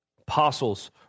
Apostles